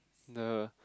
the